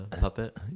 puppet